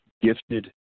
Gifted